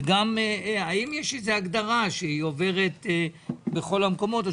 וגם האם יש איזו שהיא הגדרה שעוברת בכל המקומות,